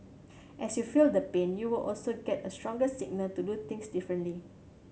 as you feel the pain you will also get a stronger signal to do things differently